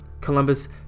Columbus